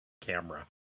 camera